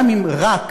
גם אם רק,